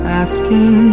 asking